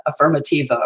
affirmativa